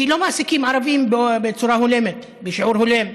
כי לא מעסיקים ערבים בצורה הולמת, בשיעור הולם,